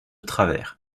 travers